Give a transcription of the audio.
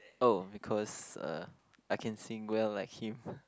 oh because uh I can sing well like him